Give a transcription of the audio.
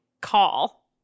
call